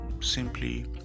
simply